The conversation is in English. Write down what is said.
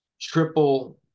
triple